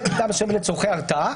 --- לצורכי הרתעה,